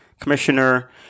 commissioner